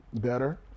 better